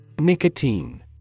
Nicotine